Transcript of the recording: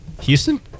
houston